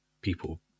people